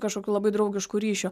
kažkokių labai draugiškų ryšių